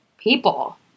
people